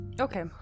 Okay